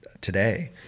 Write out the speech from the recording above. today